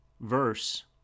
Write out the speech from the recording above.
verse